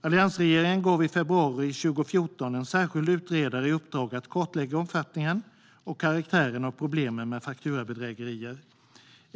Alliansregeringen gav i februari 2014 en särskild utredare i uppdrag att kartlägga omfattningen och karaktären av problemen med fakturabedrägerier.